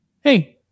hey